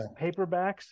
paperbacks